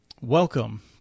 Welcome